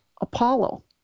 Apollo